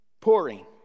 pouring